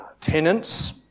tenants